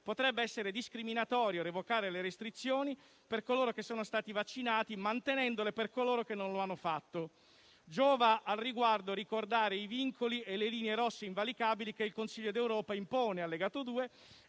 potrebbe essere discriminatorio revocare le restrizioni per coloro che sono stati vaccinati e mantenendole invece per chi non lo ha fatto». Al riguardo, giova ricordare i vincoli e le "linee rosse" invalicabili che il Consiglio d'Europa impone (allegato 2)